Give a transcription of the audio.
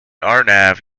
arnav